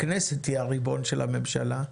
הכנסת היא הריבון של הממשלה.